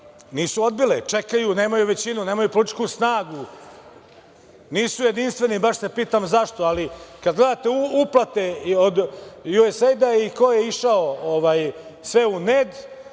nisu odbile, čekaju, nemaju većinu, nemaju političku snagu, nisu jedinstveni baš se pitam zašto? Ali, kada gledate uplate od USAIDA i ko je išao sve u med